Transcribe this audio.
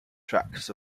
tracts